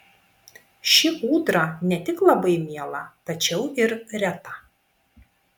ši ūdra ne tik labai miela tačiau ir reta